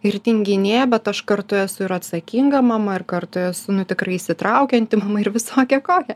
ir tinginė bet aš kartu esu ir atsakinga mama ir kartu esu nu tikrai įsitraukianti mama ir visokia kokia